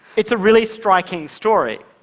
it's a really striking story.